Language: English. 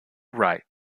write